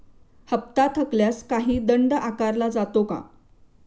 हप्ता थकल्यास काही दंड आकारला जातो का?